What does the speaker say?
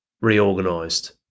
reorganized